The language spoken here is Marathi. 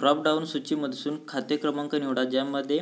ड्रॉप डाउन सूचीमधसून खाते क्रमांक निवडा ज्यामध्ये